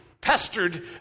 pestered